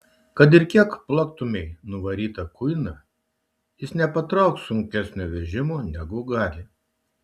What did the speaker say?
kad ir kiek plaktumei nuvarytą kuiną jis nepatrauks sunkesnio vežimo negu gali